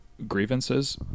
grievances